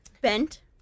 Bent